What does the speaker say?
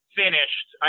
finished